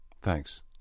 Thanks